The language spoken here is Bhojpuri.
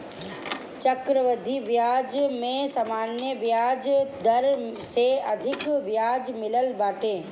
चक्रवृद्धि बियाज में सामान्य बियाज दर से अधिका बियाज मिलत बाटे